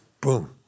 boom